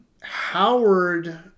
Howard